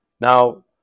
Now